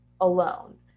alone